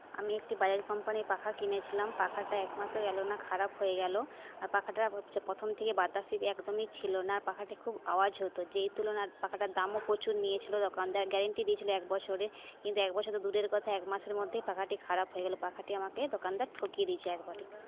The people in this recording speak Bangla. আমি একটি বাজাজ কোম্পানির পাখা কিনেছিলাম পাখাটা একমাসও গেল না খারাপ হয়ে গেল আর পাখাটা হচ্ছে প্রথম থেকেই বাতাসই একদমই ছিল না আর পাখাটি খুব আওয়াজ হতো যেই তুলনার পাখাটার দামও প্রচুর নিয়েছিল দোকানদার গ্যারান্টি দিয়েছিল এক বছরের কিন্তু এক বছর তো দূরের কথা এক মাসের মধ্যেই পাখাটি খারাপ হয়ে গেল পাখাটি আমাকে দোকানদার ঠকিয়ে দিয়েছে একবটে